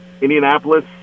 Indianapolis